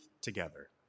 together